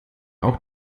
auch